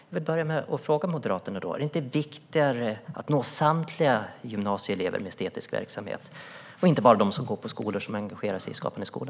Jag vill börja med att fråga Moderaterna: Är det inte viktigare att nå samtliga gymnasieelever med estetisk verksamhet och inte bara dem som går på skolor som engagerar sig i Skapande skola?